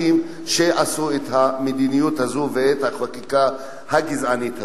שעשו את המדיניות הזו ואת החקיקה הגזענית הזו.